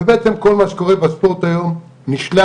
ובעצם כל מה שקורה בספורט היום נשלט